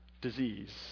disease